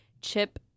Chip